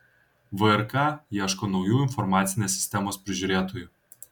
vrk ieško naujų informacinės sistemos prižiūrėtojų